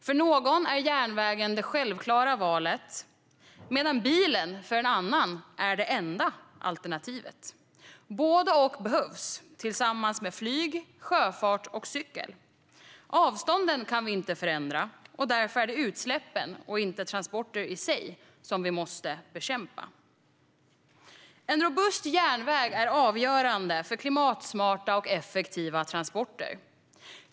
För någon är järnvägen det självklara valet, medan bilen är det enda alternativet för någon annan. Både och behövs, tillsammans med flyg, sjöfart och cykel. Avstånden kan vi inte förändra, och därför är det utsläppen och inte transporter i sig som vi måste bekämpa. En robust järnväg är avgörande för klimatsmarta och effektiva transporter.